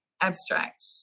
abstract